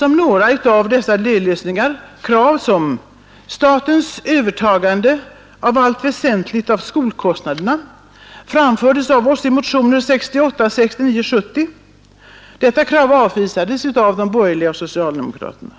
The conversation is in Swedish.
några av dessa dellösningar. Krav på statens övertagande i allt väsentligt av skolkostnaderna framfördes av oss i motioner 1968, 1969 och 1970. Detta krav avvisades av de borgerliga och socialdemokraterna.